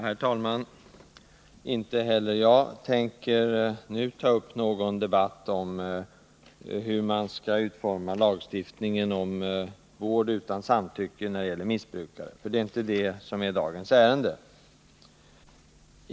Herr talman! Inte heller jag tänker nu ta upp någon debatt om hur man skall utforma lagstiftningen om vård utan samtycke när det gäller missbrukare, för det är inte detta som är dagens ärende.